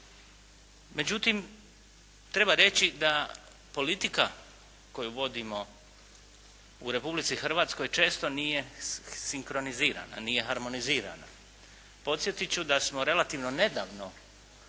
Međutim, treba reći da politika koju vodimo u Republici Hrvatskoj često nije sinkronizirana, nije harmonizirana. Podsjetiti ću da smo tek nedavno